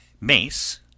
mace